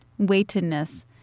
weightedness